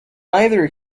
either